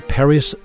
Paris